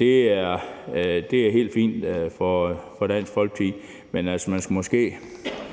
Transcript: Det er helt fint for Dansk Folkeparti, men man skulle måske